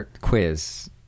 quiz